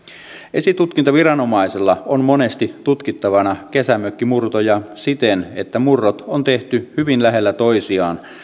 esitutkintaviranomaisella on monesti tutkittavana kesämökkimurtoja siten että murrot on tehty hyvin lähellä toisiaan